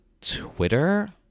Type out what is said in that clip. Twitter